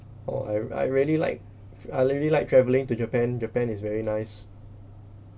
oh I I really like I really like travelling to japan japan is very nice